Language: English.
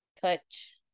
Touch